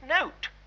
note